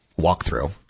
walkthrough